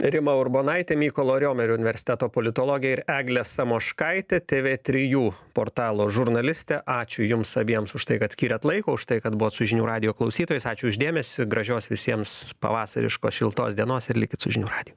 rima urbonaitė mykolo riomerio universiteto politologė ir eglė samoškaitė tv trijų portalo žurnalistė ačiū jums abiems už tai kad skyrėt laiko už tai kad buvot su žinių radijo klausytojais ačiū už dėmesį gražios visiems pavasariškos šiltos dienos ir likit su žinių radiju